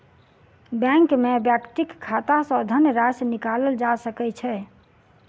bank में व्यक्तिक खाता सॅ धनराशि निकालल जा सकै छै